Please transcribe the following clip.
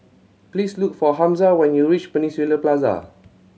please look for Hamza when you reach Peninsula Plaza